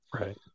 Right